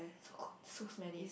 so good so smelly